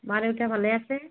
মা দেউতা ভালে আছে